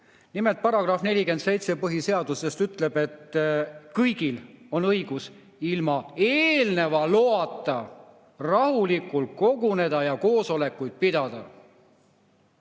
Nimelt, § 47 põhiseaduses ütleb, et kõigil on õigus ilma eelneva loata rahulikult koguneda ja koosolekuid pidada.